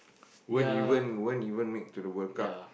won't even won't even make to the World-Cup